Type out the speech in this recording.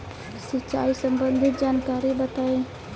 सिंचाई संबंधित जानकारी बताई?